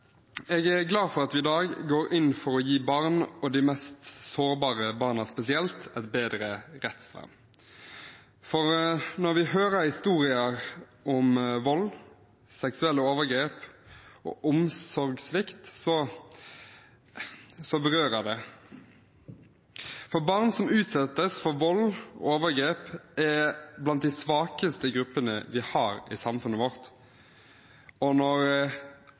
Jeg er glad for at vi i dag går inn for å gi barn – og spesielt de mest sårbare barna – et bedre rettsvern. Når vi hører historier om vold, seksuelle overgrep og omsorgssvikt, berører det, for barn som utsettes for vold og overgrep, er blant de svakeste gruppene vi har i samfunnet vårt. Når